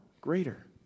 greater